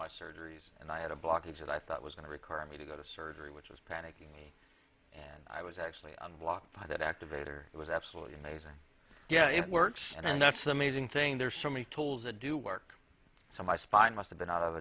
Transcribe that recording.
my surgeries and i had a blockage that i thought was going to require me to go to surgery which was panicking and i was actually on block by that activator it was absolutely amazing yeah it works and that's the amazing thing there's so many tools to do work so my spine must have been out of